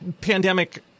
pandemic –